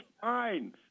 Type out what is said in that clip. fine